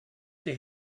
they